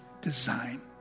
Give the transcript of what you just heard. design